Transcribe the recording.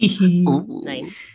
Nice